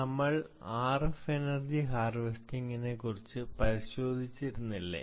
നമ്മൾ RF energy harvesting നെ കുറിച്ച് പരിശോധിച്ചിരുന്നില്ലേ